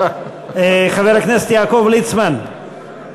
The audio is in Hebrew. חבר הכנסת יעקב ליצמן,